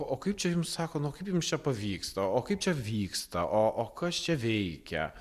o kaip čia jums sako nu kaip jums čia pavyksta o kaip čia vyksta o o kas čia veikia